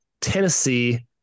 Tennessee